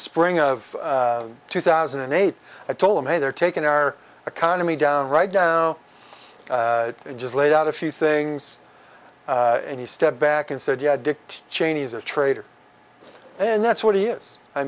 spring of two thousand and eight i told him hey they're taking our economy down right now just laid out a few things and he stepped back and said yeah dick cheney is a traitor and that's what